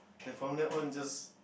like from then on just